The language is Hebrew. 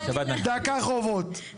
דקה על חובות,